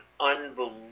unbelievable